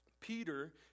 Peter